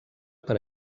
per